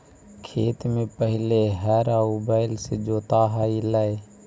खेत में पहिले हर आउ बैल से जोताऽ हलई